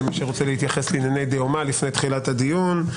למי שרוצה להתייחס לענייני דיומא לפני תחילת הדיון.